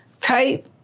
tight